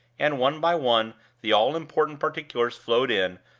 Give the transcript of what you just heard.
and one by one the all-important particulars flowed in,